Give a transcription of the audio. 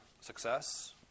success